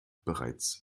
bereits